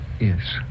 yes